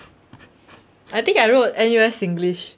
I think I wrote N_U_S singlish